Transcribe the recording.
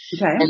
Okay